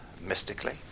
mystically